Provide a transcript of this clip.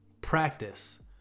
practice